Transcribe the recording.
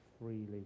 freely